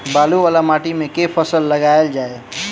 बालू वला माटि मे केँ फसल लगाएल जाए?